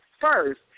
first